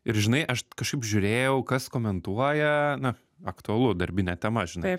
ir žinai aš kažkaip žiūrėjau kas komentuoja na aktualu darbinė tema žinai